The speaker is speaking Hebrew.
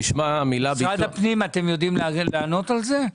משרד הפנים, אתם יודעים לענות על זה?